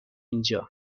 اینجا